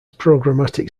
programmatic